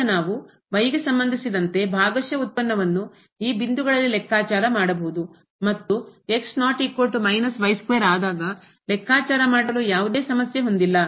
ಈಗ ನಾವು y ಗೆ ಸಂಬಂಧಿಸಿದಂತೆ ಭಾಗಶಃ ಉತ್ಪನ್ನವನ್ನು ಈ ಬಿಂದುಗಳಲ್ಲಿ ಲೆಕ್ಕಾಚಾರ ಮಾಡಬಹುದು ಮತ್ತು ಆದಾಗ ಲೆಕ್ಕಾಚಾರ ಮಾಡಲು ಯಾವುದೇ ಸಮಸ್ಯೆ ಹೊಂದಿಲ್ಲ